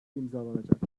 imzalanacak